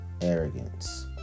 arrogance